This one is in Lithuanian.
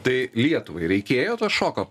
tai lietuvai reikėjo to šoko